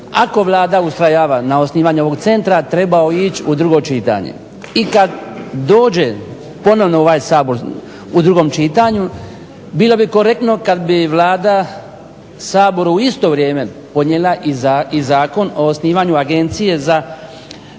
ako Vlada ustrajava na osnivanje ovog centra trebao ići u drugo čitanje. I kada dođe ponovno u ovaj Sabor u drugom čitanju bilo bi korektno kada bi Vlada Saboru podnijela i Zakon o osnivanju agencije za